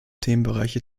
themenbereiche